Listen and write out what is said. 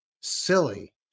silly